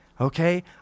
okay